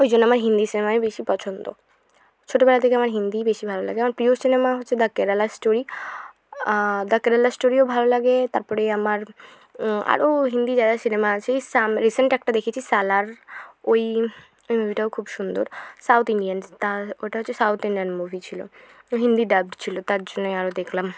ওই জন্য আমার হিন্দি সিনেমাই বেশি পছন্দ ছোটোবেলা থেকে আমার হিন্দিই বেশি ভালো লাগে আমার প্রিয় সিনেমা হচ্ছে the Kerala story the Kerala স্টোরিও ভালো লাগে তারপরে আমার আরও হিন্দি যা যা সিনেমা আছে এই সাম রিসেন্ট একটা দেখেছি সালার ওই ওই মুভিটাও খুব সুন্দর সাউথ ইন্ডিয়ান ওটা হচ্ছে সাউথ ইন্ডিয়ান মুভি ছিলো হিন্দি ডাবড ছিলো তার জন্যই আরও দেখলাম